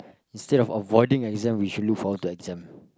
instead of avoiding exam we should look forward to the exam